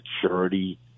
security